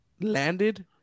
landed